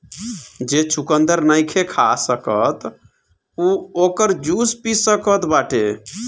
जे चुकंदर नईखे खा सकत उ ओकर जूस पी सकत बाटे